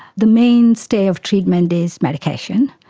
the mainstay of treatment is medication,